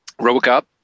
Robocop